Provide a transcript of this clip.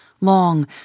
long